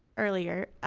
earlier